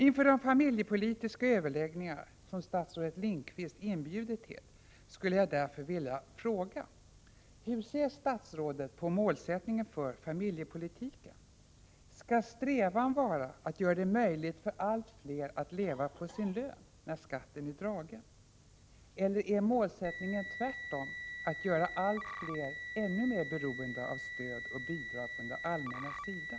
Inför de familjepolitiska överläggningar som statsrådet Lindqvist inbjudit till skulle jag därför vilja fråga: Hur ser statsrådet på målsättningen för familjepolitiken? Skall strävan vara att göra det möjligt för allt fler att leva på sin lön, när skatten är dragen? Eller är målsättningen tvärtom att göra allt fler beroende av stöd och bidrag från det allmännas sida?